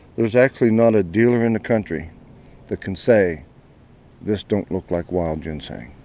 there's actually not a dealer in the country that can say this don't look like wild ginseng.